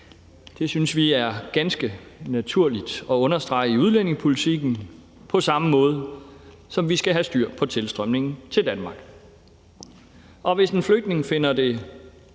Det synes vi er ganske naturligt at understrege i udlændingepolitikken, på samme måde som vi skal have styr på tilstrømningen til Danmark, Hvis en flygtning finder det